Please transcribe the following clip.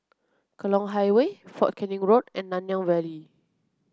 Tekong Highway Fort Canning Road and Nanyang Valley